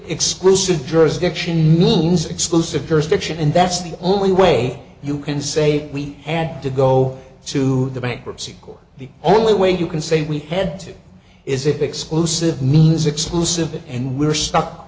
exclusive jurisdiction means exclusive jurisdiction and that's the only way you can say we had to go to the bankruptcy court the only way you can say we had to is if exclusive means exclusive it and we're stuck